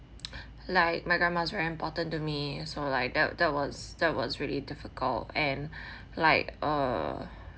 like my grandma is very important to me so like that that was that was really difficult and like err